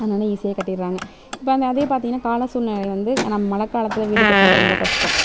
அதனால ஈஸியாக கட்டிகிறாங்க இப்போ அங்கே அதே பார்த்திங்கனா கால சூழ்நிலை வந்து நம்ம மழை காலத்தில் வீடு கட்டினா ரொம்ப கஷ்டம்